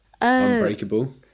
Unbreakable